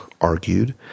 argued